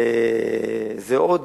זה עוד